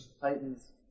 Titans